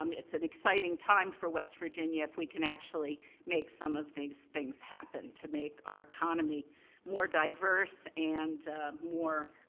um it's an exciting time for west virginia, if we can actually make some of these things happen to make our economy more diverse and more